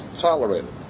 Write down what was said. tolerated